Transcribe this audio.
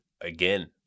again